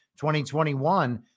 2021